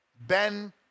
Ben